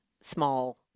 small